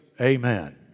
Amen